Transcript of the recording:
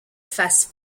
fasse